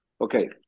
Okay